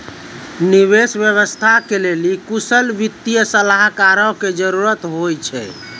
निवेश व्यवस्था के लेली कुशल वित्तीय सलाहकारो के जरुरत होय छै